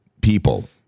people